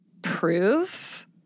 proof